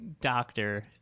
doctor